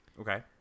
Okay